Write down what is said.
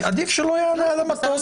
עדיף שלא יעלה על המטוס.